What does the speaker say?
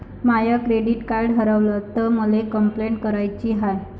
माय debit card हारवल तर मले कंपलेंट कराची हाय